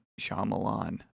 Shyamalan